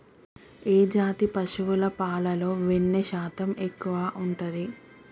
ఏ జాతి పశువుల పాలలో వెన్నె శాతం ఎక్కువ ఉంటది?